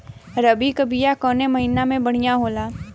रबी के बिया कवना महीना मे बढ़ियां होला?